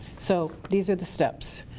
so these are the steps.